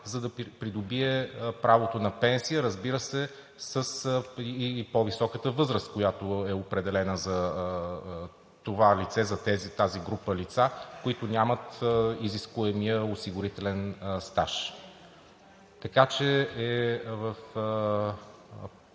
за да придобие правото на пенсия, разбира се, и с по-високата възраст, определена за това лице и тази група лица, които нямат изискуемия осигурителен стаж. Така че е в